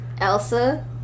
Elsa